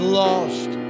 lost